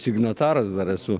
signataras dar esu